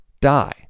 die